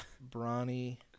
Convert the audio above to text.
Brawny